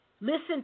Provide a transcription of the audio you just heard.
Listen